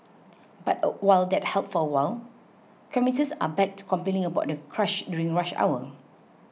but while that helped for a while commuters are back to complaining about the crush during rush hour